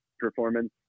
performance